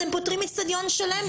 כך אתם פוטרים אצטדיון שלם.